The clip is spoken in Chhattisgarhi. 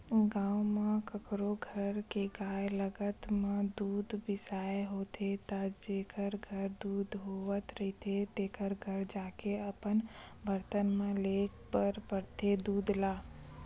गाँव म कखरो घर के गाय लागब म दूद बिसाना होथे त जेखर घर दूद होवत रहिथे तेखर घर जाके अपन बरतन म लेय बर परथे दूद ल